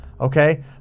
okay